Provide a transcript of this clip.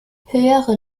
höhere